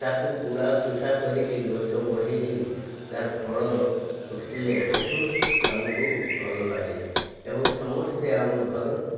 ତାକୁ କୁଡ଼ା ଖୁସା କରିକି ଗଛ ବଢ଼ିକି ତା'ର ଫଳ ଫୁଟିଲେ ବହୁତ ଆମକୁ ଭଲ ଲାଗେ ଏବଂ ସମସ୍ତେ ଆମ ଘରର